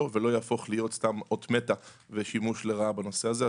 ולא יהפוך להיות סתם אות מתה ושימוש לרעה בנושא הזה.